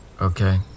okay